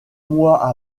mois